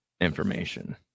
information